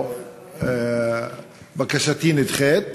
שבקשתי נדחית.